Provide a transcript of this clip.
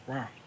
Wow